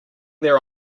there